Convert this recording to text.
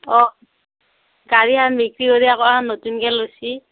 অ' গাড়ীখন বিক্ৰী কৰি আকৌ এখন নতুনকৈ লৈছে